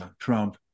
Trump